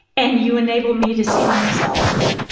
and you enable me to see myself.